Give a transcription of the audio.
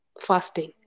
fasting